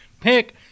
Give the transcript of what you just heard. pick